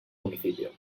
municipio